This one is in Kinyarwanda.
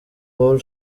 paul